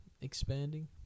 expanding